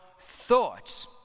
thoughts